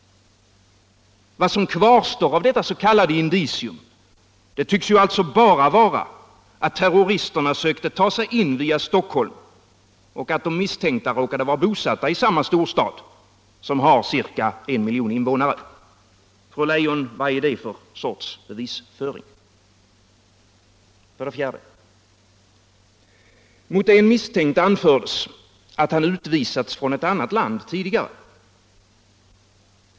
Vad som kvarstår av detta s.k. indicium tycks alltså bara vara att terroristerna sökte ta sig in via Stockholm och att de misstänkta råkade vara bosatta i samma storstad, som har ca en miljon invånare. Fru Leijon, vad är det för sorts bevisföring? För det fjärde: Mot en misstänkt anfördes att han utvisats från ett annat land tidigare.